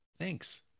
thanks